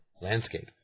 landscape